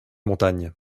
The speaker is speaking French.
montagne